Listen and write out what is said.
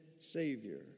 Savior